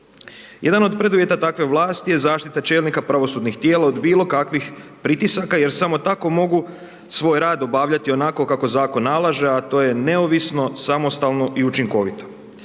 Jedan od preduvjeta takve vlasti je zaštita čelnika pravosudnih tijela od bilo kakvih pritisaka jer samo tako mogu svoj rad obavljati onako kako zakon nalaže a to je neovisno, samostalno i učinkovito.